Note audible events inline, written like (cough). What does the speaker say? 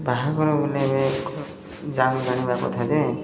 ବାହାଘର ବୋଲେ ଏବେ (unintelligible) ଜାଣିବା କଥା ଯେ